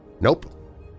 Nope